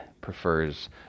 prefers